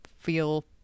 feel